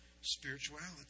spirituality